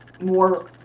more